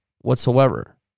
whatsoever